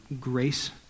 grace